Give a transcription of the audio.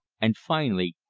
and, finally,